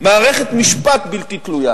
מערכת משפט בלתי תלויה,